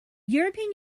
european